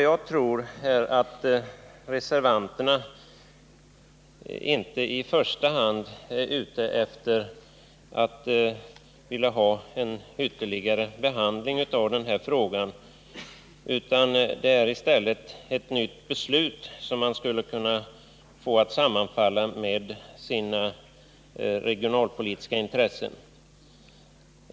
Jag tror att reservanterna inte i första hand är ute efter en ytterligare behandling av den här frågan, utan i stället efter ett nytt beslut, som man skulle kunna få att sammanfalla med sina regionalpolitiska intressen.